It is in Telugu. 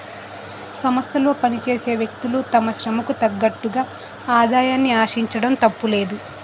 సంస్థలో పనిచేసే వ్యక్తులు తమ శ్రమకు తగ్గట్టుగా ఆదాయాన్ని ఆశించడం తప్పులేదు